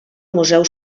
museu